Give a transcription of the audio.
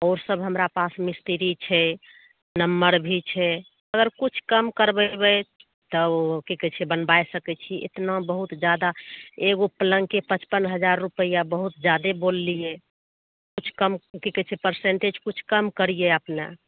ओ सब हमरा पास मिस्त्री छै नम्बर भी छै अगर किछु काम करबेबै तऽ ओ की कहै छै बनबा सकै छी एतना बहुत जादा एगो पलङ्गके पचपन हजार रुपैआ बहुत जादे बोललियै किछु कम की कहै छै परसेन्टेज कीछु कम करियै अपने